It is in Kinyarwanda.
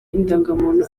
indangamuntu